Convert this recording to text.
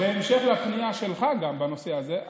בהמשך לפנייה שלך בנושא הזה,